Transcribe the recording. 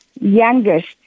youngest